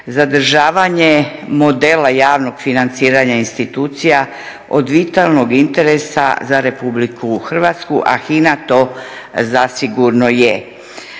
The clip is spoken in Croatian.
zadržavanje modela javnog financiranja institucija od vitalnog interesa za RH, a HINA to zasigurno je.